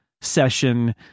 session